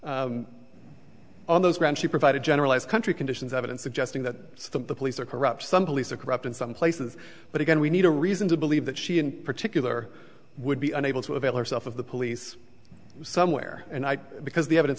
on those grounds she provided generalized country conditions evidence suggesting that the police are corrupt some police are corrupt in some places but again we need a reason to believe that she in particular would be unable to avail herself of the police somewhere and i because the evidence